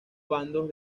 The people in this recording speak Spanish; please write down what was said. bandos